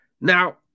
Now